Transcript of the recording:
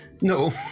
No